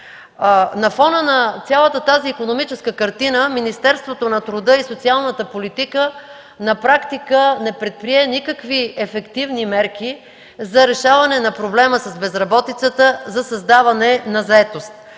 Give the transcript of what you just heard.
На фона на цялата тази икономическа картина Министерството на труда и социалната политика на практика не предприе никакви ефективни мерки за решаване на проблема с безработицата, за създаване на заетост.